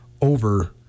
over